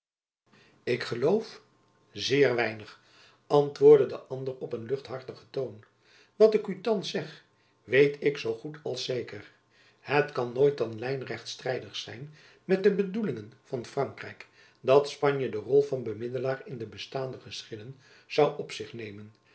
ik geloof zeer weinig antwoordde de ander op een luchthartigen toon wat ik u thands zeg weet ik zoo goed als zeker het kan nooit dan lijnrecht strijdig zijn met de bedoelingen van frankrijk dat spanje de rol van bemiddelaar in de bestaande geschillen zoû op zich nemen